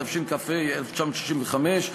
התשכ"ה 1965,